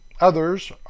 others